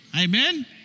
Amen